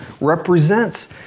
represents